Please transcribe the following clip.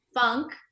funk